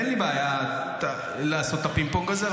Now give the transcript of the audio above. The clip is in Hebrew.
אין לי בעיה לעשות את הפינג-פונג הזה,